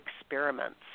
experiments